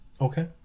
Okay